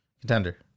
Contender